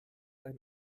ein